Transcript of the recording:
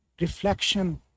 Reflection